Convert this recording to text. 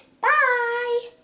Bye